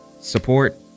support